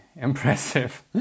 impressive